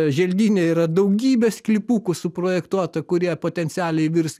želdyne yra daugybė sklypukų suprojektuota kurie potencialiai virs